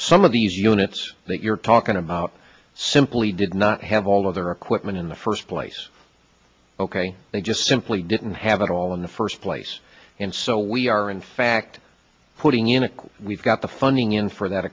some of these units that you're talking about simply did not have all of their equipment in the first place ok they just simply didn't have it all in the first place and so we are in fact putting in a we've got the funding in for that